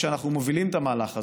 כשאנחנו מובילים את המהלך הזה,